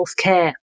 healthcare